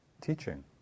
teaching